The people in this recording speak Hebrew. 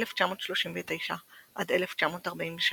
1939–1943,